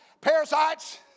Parasites